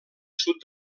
sud